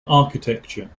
architecture